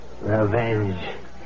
revenge